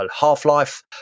half-life